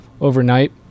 overnight